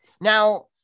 Now